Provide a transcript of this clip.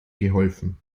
geholfen